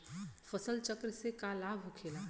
फसल चक्र से का लाभ होखेला?